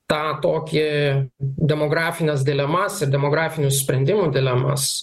tą tokį demografines dilemas ir demografinių sprendimų dilemas